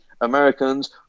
Americans